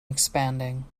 expanding